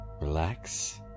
relax